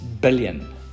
billion